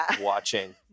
watching